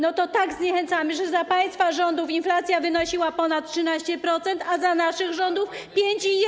No to tak zniechęcamy, że za państwa rządów inflacja wynosiła ponad 13%, a za naszych rządów - 5,1.